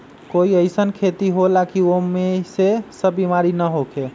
कोई अईसन खेती होला की वो में ई सब बीमारी न होखे?